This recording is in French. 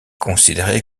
considéré